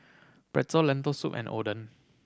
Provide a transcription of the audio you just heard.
Pretzel Lentil Soup and Oden